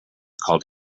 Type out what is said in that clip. called